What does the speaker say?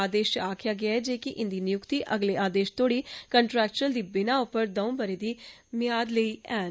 आदेश च आक्खेआ गेआ ऐ जे इंदी नियुक्ति अगले आदेश तोड़ी कंट्रेक्चुअल दी बिनाह उप्पर दऊं ब'रें दी मियाद लेई न